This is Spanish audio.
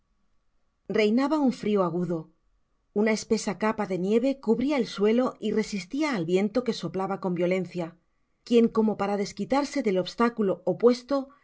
binaba un frio agudo una espesa capa de nieve cu bria el suelo y resistia al viento que soplaba con vio lencia quien como para desquitarse del obstáculo opuesto